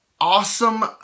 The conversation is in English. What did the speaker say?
awesome